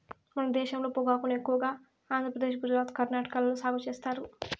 మన దేశంలో పొగాకును ఎక్కువగా ఆంధ్రప్రదేశ్, గుజరాత్, కర్ణాటక లో సాగు చేత్తారు